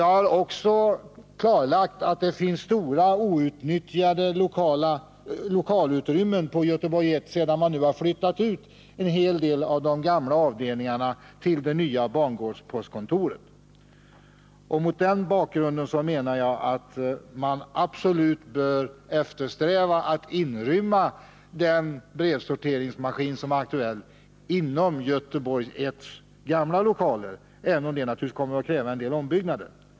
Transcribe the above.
Jag har också klarlagt att det finns stora outnyttjade lokalutrymmen på Göteborg 1 sedan man nu har flyttat ut en hel del av de gamla avdelningarna till det nya bangårdspostkontoret. Mot den bakgrunden anser jag att man absolut bör eftersträva att inrymma den brevsorteringsmaskin som är aktuell inom Göteborg 1:s gamla lokaler, även om dessa naturligtvis kommer att kräva viss ombyggnad.